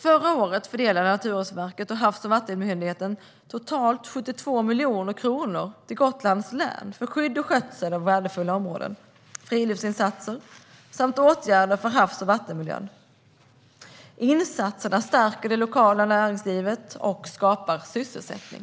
Förra året fördelade Naturvårdsverket och Havs och vattenmyndigheten totalt 72 miljoner kronor till Gotlands län för skydd och skötsel av värdefulla områden, friluftslivsinsatser samt åtgärder för havs och vattenmiljön. Insatserna stärker det lokala näringslivet och skapar sysselsättning.